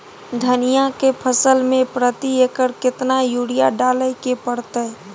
धनिया के फसल मे प्रति एकर केतना यूरिया डालय के परतय?